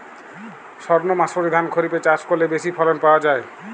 সর্ণমাসুরি ধান খরিপে চাষ করলে বেশি ফলন পাওয়া যায়?